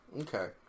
Okay